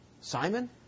Simon